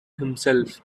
himself